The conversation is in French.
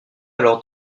alors